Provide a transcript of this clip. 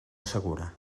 assegura